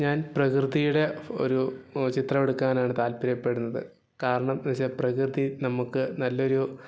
ഞാൻ പ്രകൃതിയുടെ ഒരു ചിത്രം എടുക്കാനാണ് താൽപര്യപ്പെടുന്നത് കാരണം എന്ന് വെച്ചാൽ പ്രകൃതി നമുക്ക് നല്ലൊരു